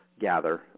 gather